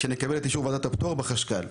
כשנקבל את אישור ועדת הפטור בחשכ"ל.